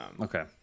Okay